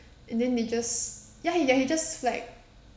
and then he just ya he ya he just like